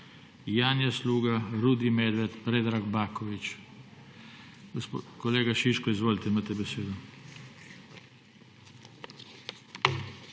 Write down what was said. Janja Sluga, Rudi Medved, Predrag Baković. Kolega Šiško, izvolite, imate besedo.